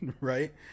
right